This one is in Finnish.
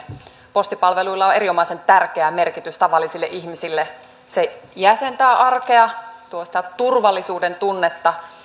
postipalveluilla on erinomaisen tärkeä merkitys tavallisille ihmisille ne jäsentävät arkea tuovat sitä turvallisuudentunnetta